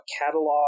catalog